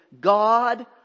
God